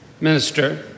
Minister